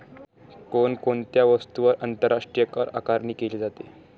कोण कोणत्या वस्तूंवर आंतरराष्ट्रीय करआकारणी केली जाते?